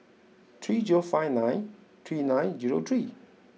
three zero five nine three nine zero three